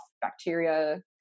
bacteria